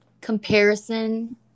comparison